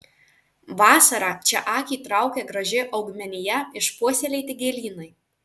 vasarą čia akį traukia graži augmenija išpuoselėti gėlynai